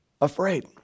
afraid